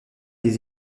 des